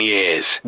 Years